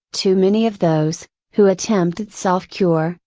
too many of those, who attempted self cure,